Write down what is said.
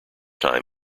time